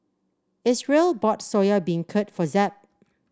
Isreal bought Soya Beancurd for Zeb